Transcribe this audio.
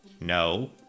no